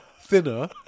thinner